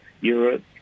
Europe